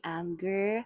anger